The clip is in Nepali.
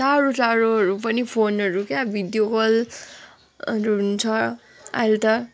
टाढो टाढोहरू पनि फोनहरू क्या भिडियो कलहरू हुन्छ अहिले त